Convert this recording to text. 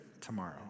tomorrow